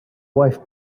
wife